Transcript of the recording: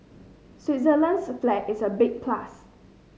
Switzerland's flag is a big plus